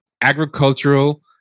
agricultural